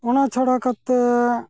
ᱚᱱᱟ ᱪᱷᱟᱲᱟ ᱠᱟᱛᱮ